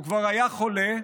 הוא כבר היה חולה,